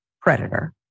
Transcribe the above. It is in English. predator